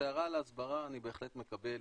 את ההערה על ההסברה אני בהחלט מקבל,